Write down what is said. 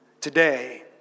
today